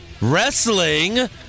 Wrestling